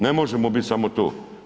Ne možemo biti samo to.